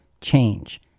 change